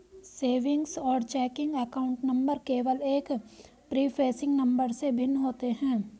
savings और checking account number केवल एक प्रीफेसिंग नंबर से भिन्न होते हैं